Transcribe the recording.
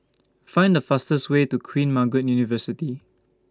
Find The fastest Way to Queen Margaret University